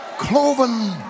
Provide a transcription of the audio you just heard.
Cloven